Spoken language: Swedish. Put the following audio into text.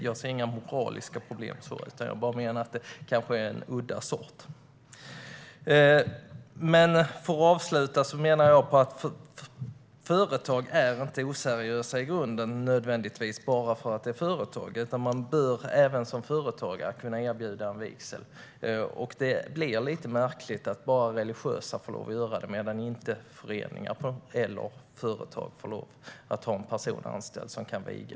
Jag ser inga moraliska problem med det utan menar bara att det kanske är en udda sort. Avslutningsvis vill jag säga att företag inte nödvändigtvis är oseriösa i grunden bara för att de är företag. Man bör även som företagare kunna erbjuda en vigsel. Det är lite märkligt att bara religiösa får göra detta och att föreningar eller företag inte får ha en person anställd som kan viga.